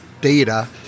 data